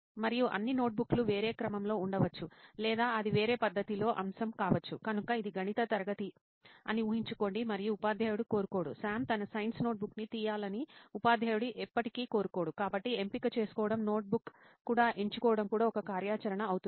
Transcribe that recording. మరియు అన్ని నోట్బుక్లు వేరే క్రమంలో ఉండవచ్చు లేదా అది వేరే పద్ధతిలో అంశం కావచ్చు కనుక ఇది గణిత తరగతి అని ఊహించుకోండి మరియు ఉపాధ్యాయుడు కోరుకోడు సామ్ తన సైన్స్ నోట్బుక్ని తీయాలని ఉపాధ్యాయుడు ఎప్పటికీ కోరుకోడు కాబట్టి ఎంపిక చేసుకోవడం నోట్బుక్ కూడా ఎంచుకోవడం కూడా ఒక కార్యాచరణ అవుతుంది